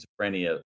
schizophrenia